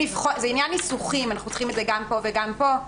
זה עניין ניסוחי אם אנחנו צריכים את זה גם פה וגם פה.